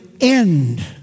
end